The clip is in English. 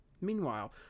Meanwhile